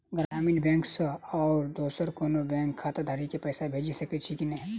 ग्रामीण बैंक सँ आओर दोसर कोनो बैंकक खाताधारक केँ पैसा भेजि सकैत छी की नै?